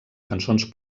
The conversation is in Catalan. cançons